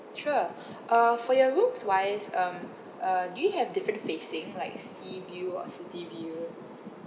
sure uh for your rooms wise um uh do you have different facing like sea view or city view